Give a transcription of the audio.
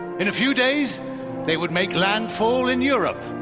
in a few days they would make landfall in europe,